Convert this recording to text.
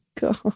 God